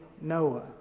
Noah